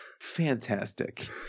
Fantastic